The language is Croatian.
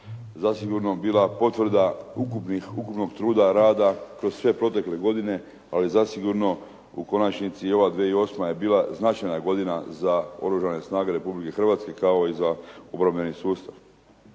zasigurno bila potvrda ukupnog truda, rada kroz sve protekle godine. Ali zasigurno u konačnici i ova 2008. je bila značajna godina za Oružane snage Republike Hrvatske kao i za obrambeni sustav.